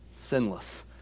sinless